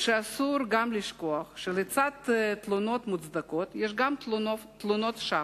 אסור גם לשכוח שלצד תלונות מוצדקות יש תלונות שווא,